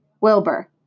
Wilbur